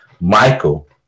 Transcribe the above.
Michael